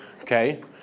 Okay